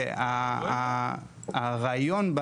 והרעיון,